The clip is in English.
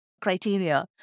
criteria